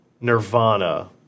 Nirvana